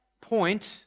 point